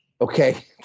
Okay